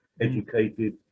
educated